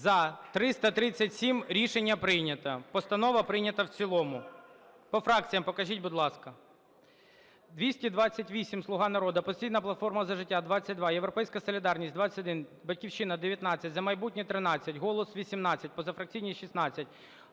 За-337 Рішення прийнято. Постанова прийнята в цілому. По фракціям покажіть, будь ласка. 228 – "Слуга народу", "Опозиційна платформа - За життя" – 22, "Європейська солідарність" – 21, "Батьківщина" – 19, "За майбутнє" – 13, "Голос" – 18, позафракційні – 16.